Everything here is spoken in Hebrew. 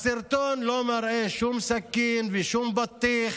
הסרטון לא מראה שום סכין ושום בטיח.